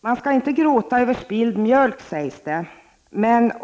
Man skall inte gråta över spilld mjölk, sägs det.